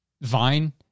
Vine